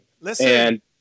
Listen